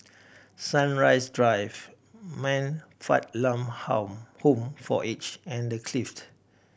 Sunrise Drive Man Fatt Lam Home for Aged and The Clift